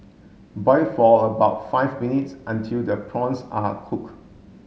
boil for about five minutes until the prawns are cook